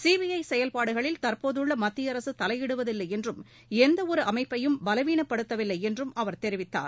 CBI செயல்பாடுகளில் தற்போதுள்ள மத்திய அரசு தலையிடுவதில்லை என்றும் எந்த ஒரு அமைப்பையும் பலவீனப்படுத்தவில்லை என்றும் அவர் தெரிவித்தார்